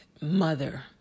mother